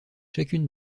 chacune